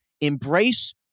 embrace